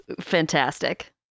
fantastic